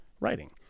writing